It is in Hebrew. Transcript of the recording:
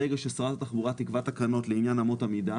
ברגע ששרת התחבורה תקבע תקנות לעניין אמות המדינה,